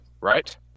right